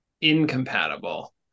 incompatible